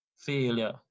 Failure